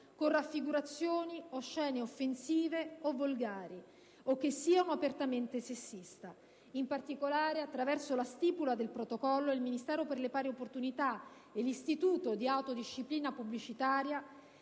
con raffigurazioni o scene offensive e volgari o che sia apertamente sessista. In particolare, attraverso la stipula del citato protocollo, il Ministero per le pari opportunità e l'Istituto di autodisciplina pubblicitaria